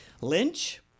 Lynch